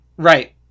Right